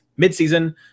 midseason